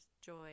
joy